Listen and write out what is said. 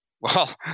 Well